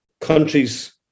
countries